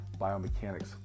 biomechanics